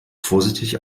vorsichtig